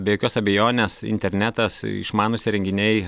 be jokios abejonės internetas išmanūs įrenginiai